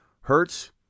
hertz